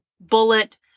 Bullet